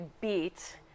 beat